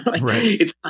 Right